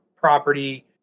property